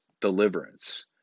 deliverance